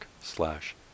slash